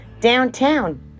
downtown